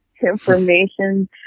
information